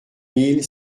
mille